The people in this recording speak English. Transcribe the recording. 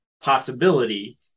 possibility